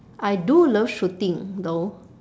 I do love shooting though